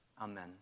Amen